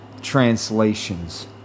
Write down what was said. translations